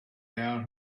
down